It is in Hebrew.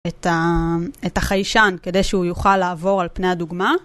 את ה... את החיישן, כדי שהוא יוכל לעבור על פני הדוגמה.